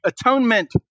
atonement